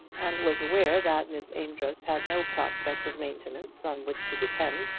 and was aware that miss amedroz had no prospect of maintenance on which to depend,